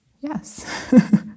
Yes